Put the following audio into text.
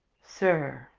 sir,